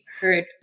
heard